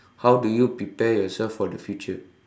how do you prepare yourself for the future